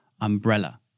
umbrella